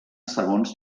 segons